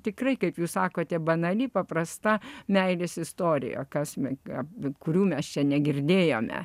tikrai kaip jūs sakote banali paprasta meilės istorija kas me kurių mes čia negirdėjome